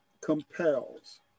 compels